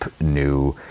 new